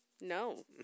No